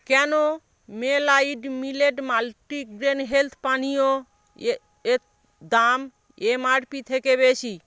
কেন মেলাইট millet multigrain health পানীয় এর এর দাম এমআরপি থেকে বেশি